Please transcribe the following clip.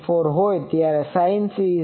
494 હોય ત્યારે sinC ૦